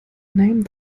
name